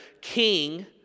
king